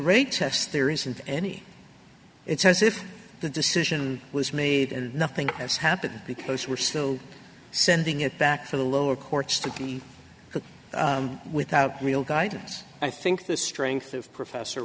rape test there isn't any it's as if the decision was made and nothing has happened because we're still sending it back to the lower courts to be without real guidance i think the strength of professor